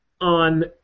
on